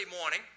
morning